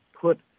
put